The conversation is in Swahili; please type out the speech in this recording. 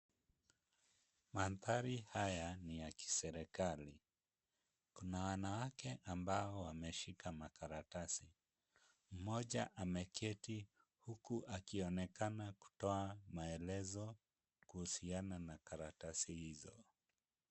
Mandhari haya ni ya kiserikali . Kuna wanawake ambao wameshika makaratasi, mmoja ameketi huku akionekana kutoa maelezo kuhusiana na karatasi hizo.